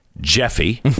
Jeffy